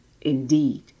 indeed